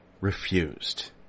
refused